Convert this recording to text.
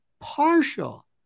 partial